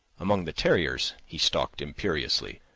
among the terriers he stalked imperiously,